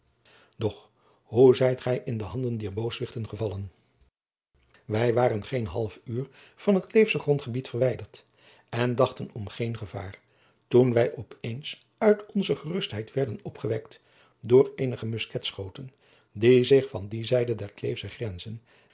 doch hoe zijt gij in de handen dier booswichten gevallen wij waren geen half uur van het kleefsche grondgebied verwijderd en dachten om geen gevaar toen wij op eens uit onze gerustheid werden opgewekt door eenige musketschoten die zich van die zijde der kleefsche grenzen